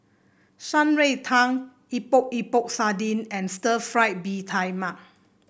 Shan Rui Tang Epok Epok Sardin and Stir Fried Mee Tai Mak